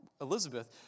Elizabeth